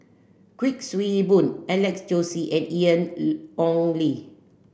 Kuik Swee Boon Alex Josey and Ian Ong Li